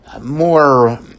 more